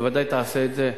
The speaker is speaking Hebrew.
וודאי תעשה את זה,